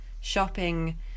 shopping